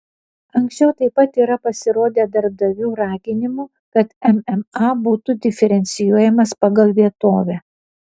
anksčiau taip pat yra pasirodę darbdavių raginimų kad mma būtų diferencijuojamas pagal vietovę